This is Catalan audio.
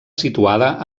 situada